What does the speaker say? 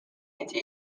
anti